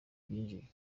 byinjiye